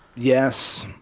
yes.